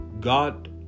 God